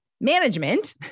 management